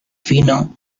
fino